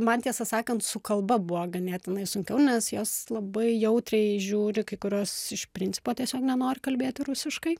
man tiesą sakant su kalba buvo ganėtinai sunkiau nes jos labai jautriai žiūri kai kurios iš principo tiesiog nenori kalbėti rusiškai